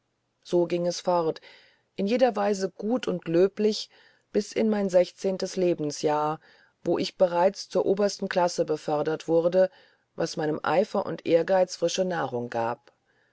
so ging es fort in jeder weise gut und löblich bis in mein sechszehntes lebensjahr wo ich bereits zur obersten classe befördert wurde was meinem eifer und ehrgeiz frische nahrung gab